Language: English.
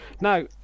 Now